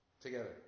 together